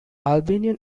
albanian